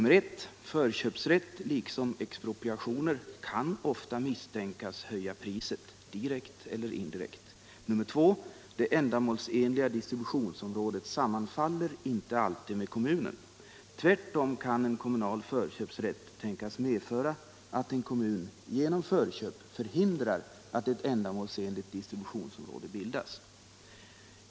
1. Förköpsrätt liksom expropriationer kan ofta misstänkas höja priset direkt eller indirekt. 2. Det ändamålsenliga distributionsområdet sammanfaller inte alltid med kommunen. Tvärtom kan en kommunal förköpsrätt tänkas medföra att en kommun genom förköp förhindrar att ett ändamålsenligt distributionsområde bildas.